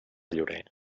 llorer